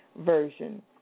version